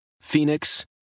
Phoenix